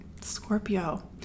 Scorpio